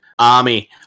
Army